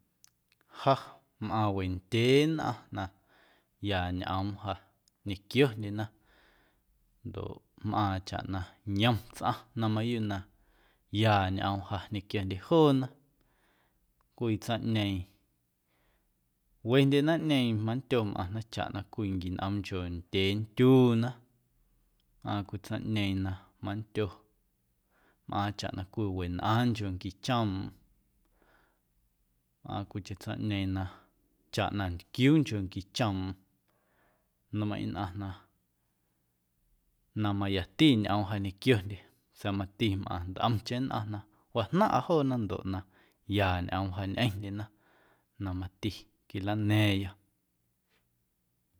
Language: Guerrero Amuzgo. Ja mꞌaⁿ wendyee nnꞌaⁿ na ya ñꞌoom ja ñequiondyena ndoꞌ mꞌaaⁿ chaꞌ na yom tsꞌaⁿ na mayuuꞌ na ya ñꞌoom ja ñequiondye joona cwii tsaⁿꞌñeeⁿ wendye naⁿꞌñeeⁿ mandyo mꞌaⁿna chaꞌ na cwii nquinꞌoomncho ndyee ndyuuna mꞌaaⁿ cwii tsaⁿꞌñeeⁿ na mandyo mꞌaaⁿ chaꞌ na cwii wenꞌaaⁿnchonqui choomꞌm mꞌaaⁿ cwiicheⁿ tsaⁿꞌñeeⁿ na chaꞌ na ntquiuunchonqui choomꞌm nmeiⁿꞌ nnꞌaⁿ na na mayati ñꞌoom ja ñequiondye sa̱a̱ mati mꞌaⁿ ntꞌomcheⁿ nnꞌaⁿ na wajnaⁿꞌa joona ndoꞌ na ya ñꞌoom ja ñꞌeⁿndyena na mati quilana̱a̱ⁿya.